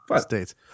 states